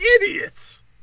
idiots